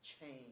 change